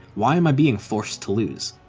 why am i being forced to lose?